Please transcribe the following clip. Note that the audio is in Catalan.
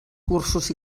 cursos